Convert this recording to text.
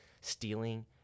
stealing